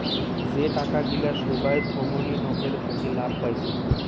যে টাকা গিলা সোগায় থোঙনি নকের থাকি লাভ পাইচুঙ